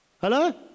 Hello